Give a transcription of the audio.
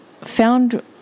found